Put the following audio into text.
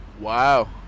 Wow